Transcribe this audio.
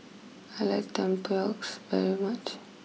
I like Tempoyak very much